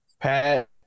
Pat